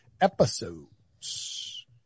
episodes